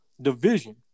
division